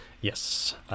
Yes